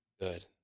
good